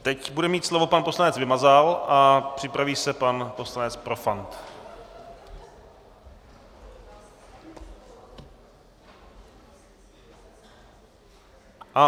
Teď bude mít slovo pan poslanec Vymazal a připraví se pan poslanec Profant.